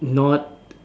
not